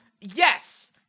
yes